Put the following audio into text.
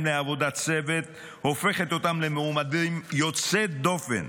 לעבודת צוות הופכים אותם למעומדים יוצאי דופן,